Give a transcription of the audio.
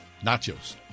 Nachos